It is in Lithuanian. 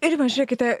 rima žiūrėkite